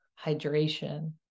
Hydration